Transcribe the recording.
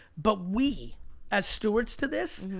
but we as stewards to this,